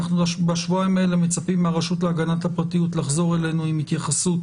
אנחנו בשבועיים האלה מצפים מהרשות להגנת הפרטיות לחזור אלינו עם התייחסות